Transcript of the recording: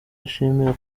ashimira